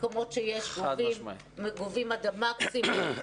מקומות שיש גובים וגובים עד המקסימום,